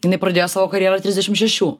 jinai pradėjo savo karjerą trisdešim šešių